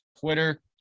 Twitter